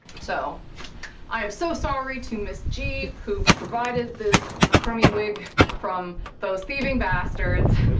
so i am so sorry to ms. g, who provided this crummy wig from those thieving bastards,